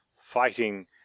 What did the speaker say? fighting